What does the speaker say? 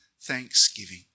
thanksgiving